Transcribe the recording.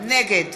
נגד